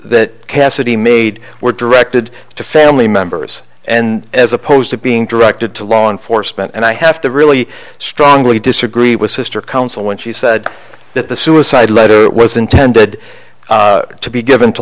that cassidy made were directed to family members and as opposed to being directed to law enforcement and i have to really strongly disagree with sister counsel when she said that the suicide letter that was intended to be given to